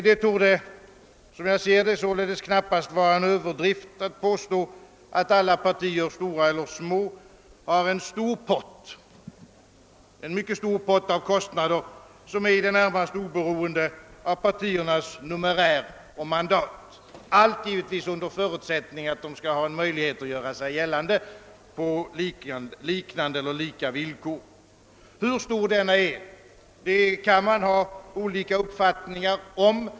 Det torde knappast vara en överdrift att påstå, att alla partier, stora eller små, har en mycket stor pott av kostnader som är i det närmaste oberoende av partiernas numerär och mandat — allt givetvis under förutsättning att de skall ha en möjlighet att göra sig gällande på lika villkor. Hur stor den är kan man ha olika uppfattningar om.